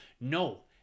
no